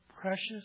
precious